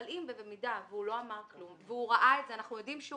אבל במידה והוא לא אמר כלום והוא ראה את זה אנחנו יודעים שהוא